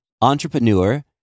entrepreneur